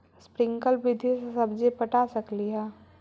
Sprinkle विधि से सब्जी पटा सकली हे?